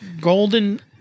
golden